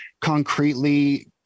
concretely